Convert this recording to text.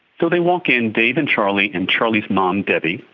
so they walk in, dave and charlie and charlie's mum debbie,